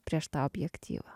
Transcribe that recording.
prieš tą objektyvą